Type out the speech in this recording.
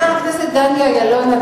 חבר הכנסת דני אילון,